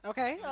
Okay